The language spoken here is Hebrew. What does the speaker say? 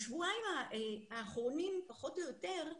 בשבועיים האחרונים פחות או יותר,